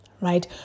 right